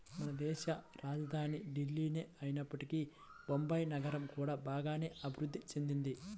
మనదేశ రాజధాని ఢిల్లీనే అయినప్పటికీ బొంబాయి నగరం కూడా బాగానే అభిరుద్ధి చెందింది